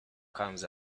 comes